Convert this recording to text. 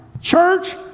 church